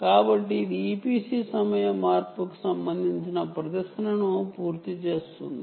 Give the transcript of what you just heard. కాబట్టి ఇది EPC time change కు సంబంధించిన ప్రదర్శనను పూర్తి చేస్తుంది